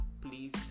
please